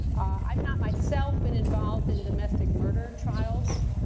i've not, myself, been involved in domestic murder trials,